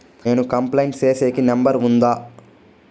నేను కంప్లైంట్ సేసేకి నెంబర్ ఉందా?